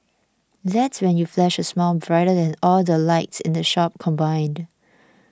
that's when you flash a smile brighter than all the lights in the shop combined